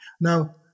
Now